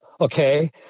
okay